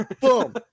Boom